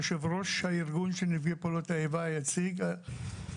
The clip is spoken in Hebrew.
יושב ראש הארגון של נפגעי פעולות איבה היציג בישראל.